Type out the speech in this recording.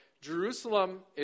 Jerusalem